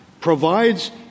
provides